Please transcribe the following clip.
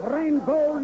Rainbow